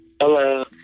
Hello